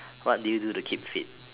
what do you do to keep fit